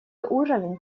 уровень